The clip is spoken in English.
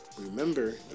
Remember